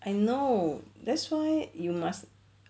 I know that's why you must